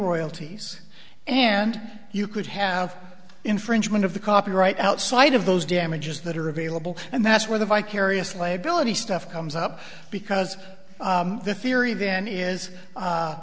royalties and you could have infringement of the copyright outside of those damages that are available and that's where the vicarious liability stuff comes up because the theory then is